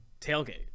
tailgate